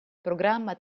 programma